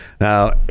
now